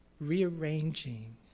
rearranging